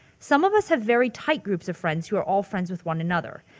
some of us have very tight groups of friends who are all friends with one another.